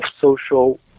social